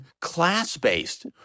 class-based